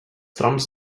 trams